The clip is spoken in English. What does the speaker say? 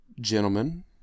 gentlemen